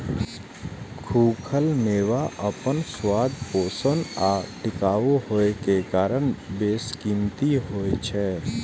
खूखल मेवा अपन स्वाद, पोषण आ टिकाउ होइ के कारण बेशकीमती होइ छै